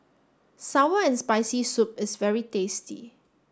Sour and Spicy Soup is very tasty